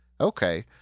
Okay